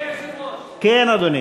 אדוני